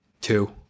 Two